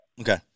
Okay